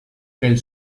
pel